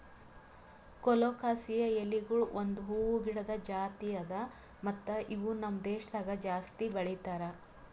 colocasia ಎಲಿಗೊಳ್ ಒಂದ್ ಹೂವು ಗಿಡದ್ ಜಾತಿ ಅದಾ ಮತ್ತ ಇವು ನಮ್ ದೇಶದಾಗ್ ಜಾಸ್ತಿ ಬೆಳೀತಾರ್